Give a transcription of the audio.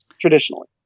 traditionally